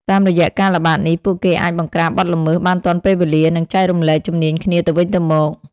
តាមរយៈការល្បាតនេះ ពួកគេអាចបង្ក្រាបបទល្មើសបានទាន់ពេលវេលា និងចែករំលែកជំនាញគ្នាទៅវិញទៅមក។